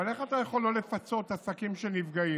אבל איך אתה יכול לא לפצות עסקים שנפגעים?